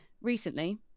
Recently